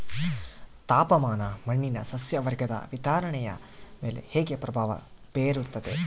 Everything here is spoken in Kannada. ತಾಪಮಾನ ಮಣ್ಣಿನ ಸಸ್ಯವರ್ಗದ ವಿತರಣೆಯ ಮೇಲೆ ಹೇಗೆ ಪ್ರಭಾವ ಬೇರುತ್ತದೆ?